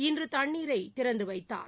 இன்று தண்ணீரை திறந்த வைத்தார்